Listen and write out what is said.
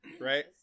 right